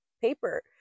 paper